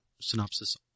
synopsis